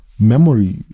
memory